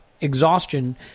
exhaustion